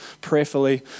prayerfully